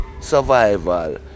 survival